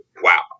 Wow